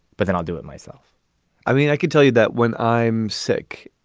but then i'll do it myself i mean, i can tell you that when i'm sick,